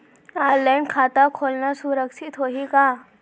Online खाता खोलना सुरक्षित होही का?